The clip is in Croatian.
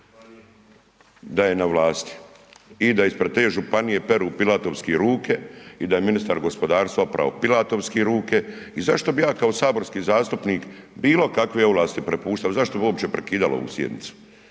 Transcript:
da je na vlasti i da ispred te županije peru pilatovski ruke i da je ministar gospodarstva opravo pilatovski ruke. I zašto bi ja kao saborski zastupnik bilo kakve ovlasti prepuštao, zašto bi uopće prekidali ovu sjednicu,